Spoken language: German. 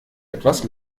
etwas